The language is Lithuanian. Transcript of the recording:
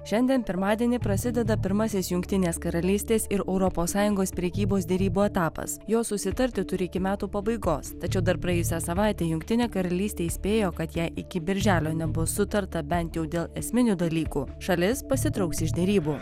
šiandien pirmadienį prasideda pirmasis jungtinės karalystės ir europos sąjungos prekybos derybų etapas jos susitarti turi iki metų pabaigos tačiau dar praėjusią savaitę jungtinė karalystė įspėjo kad jei iki birželio nebus sutarta bent jau dėl esminių dalykų šalis pasitrauks iš derybų